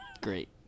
Great